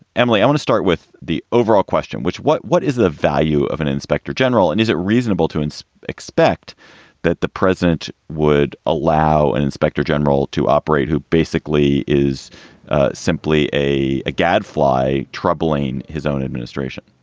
emily, i want to start with the overall question, which what what is the value of an inspector general? and is it reasonable to expect that the president would allow an inspector general to operate who basically is simply a gadfly, troubling his own administration?